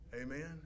Amen